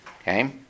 Okay